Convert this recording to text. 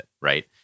right